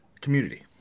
community